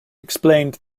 explained